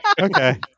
Okay